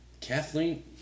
Kathleen